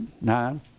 Nine